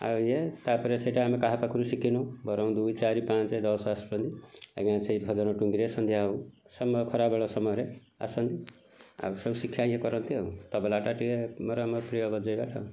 ଆଉ ଇଏ ତାପରେ ସେଇଟା ଆମେ କାହା ପାଖରୁ ଶିଖିନୁ ବରଂ ଦୁଇ ଚାରି ପାଞ୍ଚ ଦଶ ଆସୁଛନ୍ତି ଆଜ୍ଞା ସେଇ ଭଜନ ଟୁଙ୍ଗିରେ ସନ୍ଧ୍ୟା ସମୟ ଖରାବେଳ ସମୟରେ ଆସନ୍ତି ଆଉ ସବୁ ଶିଖାଇ ଇଏ କରନ୍ତି ଆଉ ତବଲାଟା ଟିକେ ଆମର ପ୍ରିୟ ବଜାଇବାଟା